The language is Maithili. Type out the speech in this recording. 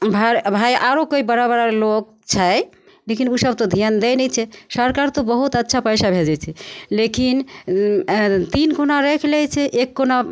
भा भाइ आओर कोइ बड़ा बड़ा लोक छै लेकिन ओसभ तऽ धिआन दै नहि छै सरकार तऽ बहुत अच्छा पइसा भेजै छै लेकिन तीन कोना राखि लै छै एक कोना